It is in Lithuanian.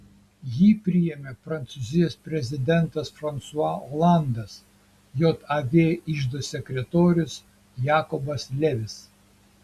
jį priėmė prancūzijos prezidentas fransua olandas jav iždo sekretorius jakobas levis